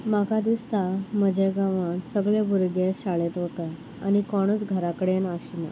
म्हाका दिसता म्हज्या गांवांत सगळे भुरगे शाळेंत वता आनी कोणच घराकडेन आसना